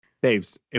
Babes